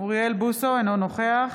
אינו נוכח